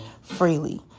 freely